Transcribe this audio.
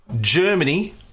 Germany